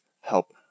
help